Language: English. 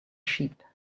sheep